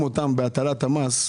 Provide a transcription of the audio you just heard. אותם על ידי זה שמטילים עליהם את המס.